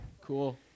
cool